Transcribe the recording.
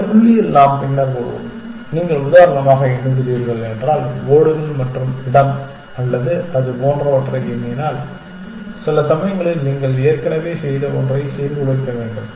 இந்த புள்ளியில் நாம் பின்னர் வருவோம் நீங்கள் உதாரணமாக எண்ணுகிறீர்கள் என்றால் ஓடுகள் மற்றும் இடம் அல்லது அது போன்றவற்றை எண்ணினால் சில சமயங்களில் நீங்கள் ஏற்கனவே செய்த ஒன்றை சீர்குலைக்க வேண்டும்